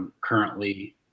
currently